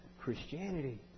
Christianity